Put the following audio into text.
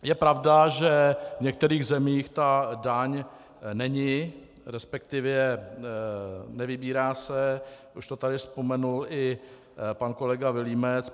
Je pravda, že v některých zemích ta daň není, resp. nevybírá se, už to tady vzpomenul i pan kolega Vilímec.